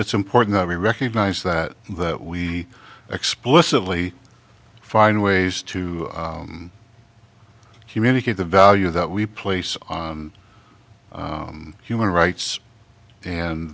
it's important that we recognize that that we explicitly find ways to communicate the value that we place on human rights and